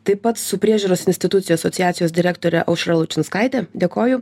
taip pat su priežiūros institucijų asociacijos direktore aušra lučinskaite dėkoju